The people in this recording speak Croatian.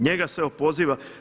Njega se opoziva.